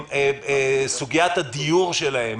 שסוגיית הדיור שלהם,